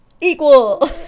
Equal